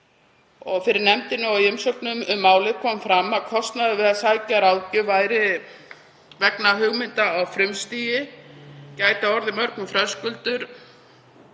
Fyrir nefndinni og í umsögnum um málið kom fram að kostnaður við að sækja ráðgjöf vegna hugmynda á frumstigi geti orðið mörgum þröskuldur